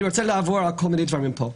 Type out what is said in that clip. אני רוצה לעבור על כל מיני דברים פה.